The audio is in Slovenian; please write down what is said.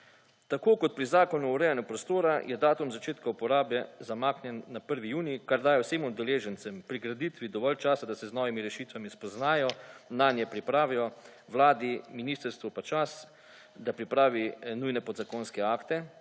Tako kot pri Zakonu o urejanju prostora je datum začetka uporabe zamaknjen na 1. junij, kar daje vsem udeležencem pri graditvi dovolj časa, da se z novimi rešitvami spoznajo, nanje pripravijo, Vladi, ministrstvu pa čas, da pripravi nujne podzakonske akte,